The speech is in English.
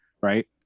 right